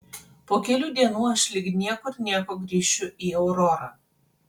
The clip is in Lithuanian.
po kelių dienų aš lyg niekur nieko grįšiu į aurorą